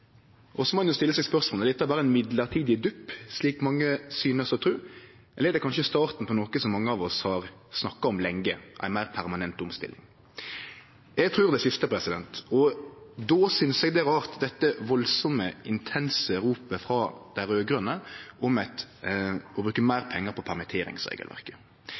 alvorleg. Så må ein stille seg spørsmålet: Er dette berre ein midlertidig dupp, slik mange synest å tru, eller er det kanskje starten på noko som mange av oss har snakka om lenge, ei meir permanent omstilling? Eg trur det siste, og då synest eg dette valdsame, intense ropet frå dei raud-grøne om å bruke meir pengar på